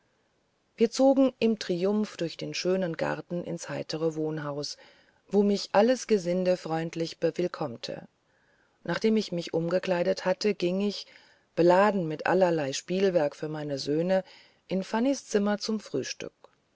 wir zogen im triumph durch den schönen garten ins heitere wohnhaus wo mich alles gesinde freundlich bewillkommte nachdem ich mich umgekleidet hatte ging ich beladen mit allerlei spielwerk für meine söhne in fanny's zimmer zum frühstück